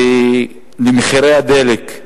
ומחירי הדלק,